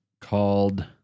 called